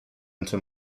into